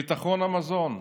ביטחון המזון,